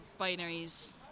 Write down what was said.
binaries